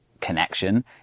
connection